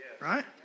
right